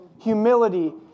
Humility